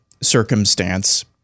circumstance